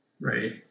Right